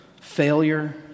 failure